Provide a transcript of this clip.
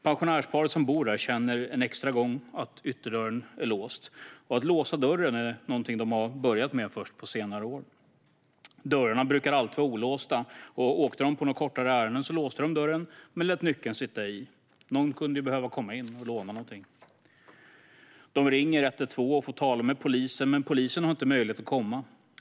Pensionärsparet som bor där känner en extra gång att ytterdörren är låst. Att låsa dörren är något de har börjat med först på senare år. Dörrarna brukade alltid vara olåsta, och om de åkte på något kortare ärende låste de dörren men lät nyckeln sitta i. Någon kunde ju behöva komma in och låna något. De ringer 112 och får tala med polisen, men polisen har inte möjlighet att komma.